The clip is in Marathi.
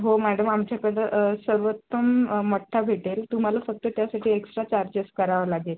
हो मॅडम आमच्याकडलं सर्वोत्तम मठ्ठा भेटेल तुम्हाला फक्त त्यासाठी एक्स्ट्रा चार्जेस करावं लागेल